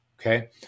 Okay